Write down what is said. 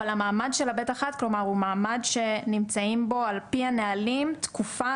אבל המעמד של ב'1 הוא מעמד שנמצאים בו על פי הנהלים תקופה,